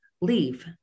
leave